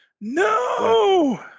No